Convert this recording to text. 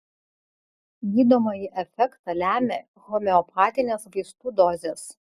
gydomąjį efektą lemia homeopatinės vaistų dozės